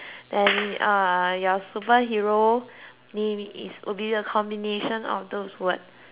uh your superhero name is would be the combination of those word so what is your